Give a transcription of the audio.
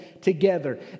together